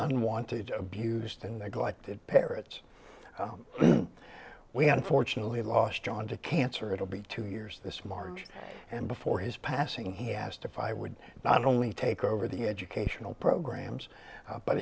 unwanted abused and neglected parrots we have unfortunately lost john to cancer it will be two years this march and before his passing he asked if i would not only take over the educational programs but